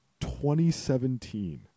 2017